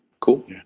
cool